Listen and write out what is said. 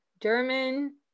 German